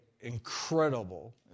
incredible